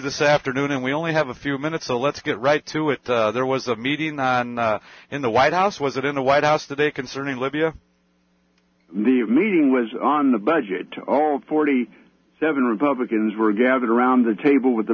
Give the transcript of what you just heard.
this afternoon and we only have a few minutes and let's get right to it there was a meeting in the white house was it in a white house today concerning libya the meeting was on the budget to all forty seven republicans were gathered around the table with the